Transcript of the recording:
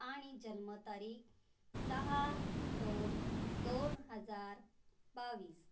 आणि जन्मतारीख सहा दोन दोन हजार बावीस